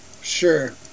Sure